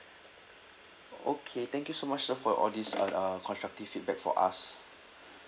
okay thank you so much sir for all these uh uh constructive feedback for us